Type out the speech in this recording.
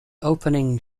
opening